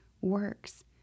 works